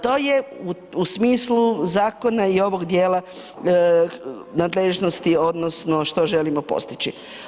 To je u smislu zakona i ovog dijela nadležnosti odnosno što želimo postići.